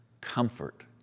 Comfort